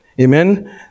Amen